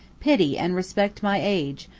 pity and respect my age,